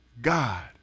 God